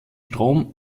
strom